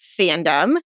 fandom